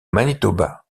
manitoba